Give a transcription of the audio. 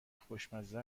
خوشمزه